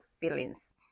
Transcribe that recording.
feelings